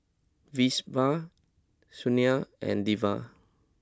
Vinoba Sunil and Devi